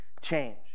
change